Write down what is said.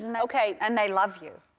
and ok. and they love you.